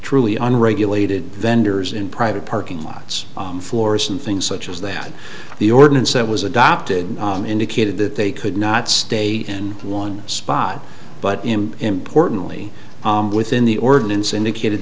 truly unregulated vendors in private parking lots floors and things such as that the ordinance that was adopted indicated that they could not stay in one spot but him importantly within the ordinance indicated